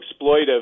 exploitive